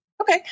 Okay